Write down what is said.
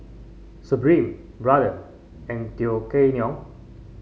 Supreme Brother and Tao Kae Noi